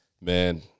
Man